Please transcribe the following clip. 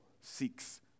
seeks